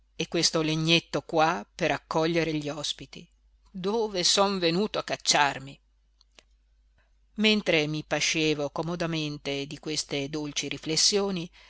e questo legnetto qua per accogliere gli ospiti dove son venuto a cacciarmi mentre mi pascevo comodamente di queste dolci riflessioni